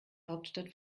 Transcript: hauptstadt